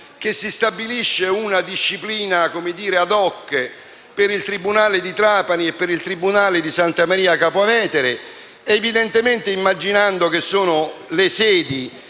che si stabilisce una disciplina *ad hoc* per il tribunale di Trapani e per il tribunale di Santa Maria Capua Vetere, evidentemente immaginando che siano le sedi